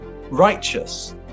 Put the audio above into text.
righteous